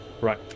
Right